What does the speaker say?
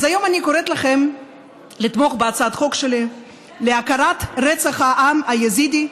אז היום אני קוראת לכם לתמוך בהצעת החוק שלי להכרה ברצח העם היזידי,